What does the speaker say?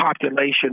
population